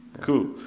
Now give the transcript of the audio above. Cool